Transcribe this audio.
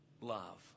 love